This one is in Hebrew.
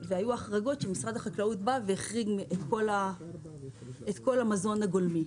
והיו החרגות לפיהן משרד החקלאות החריג את כל המזון הגולמי.